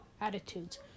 attitudes